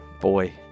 boy